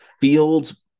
Fields